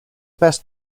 best